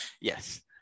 Yes